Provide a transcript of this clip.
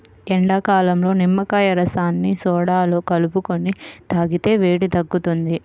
ఎండాకాలంలో నిమ్మకాయ రసాన్ని సోడాలో కలుపుకొని తాగితే వేడి తగ్గుతుంది